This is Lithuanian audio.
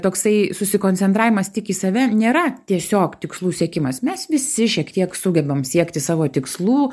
toksai susikoncentravimas tik į save nėra tiesiog tikslų siekimas mes visi šiek tiek sugebam siekti savo tikslų